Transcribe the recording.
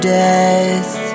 death